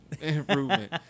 improvement